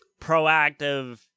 proactive